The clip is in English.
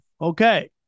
Okay